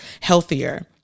healthier